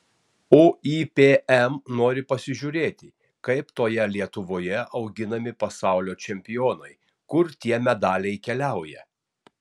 uipm nori pasižiūrėti kaip toje lietuvoje auginami pasaulio čempionai kur tie medaliai keliauja